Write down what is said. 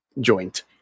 joint